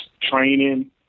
training